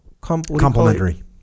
Complementary